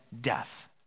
death